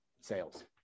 sales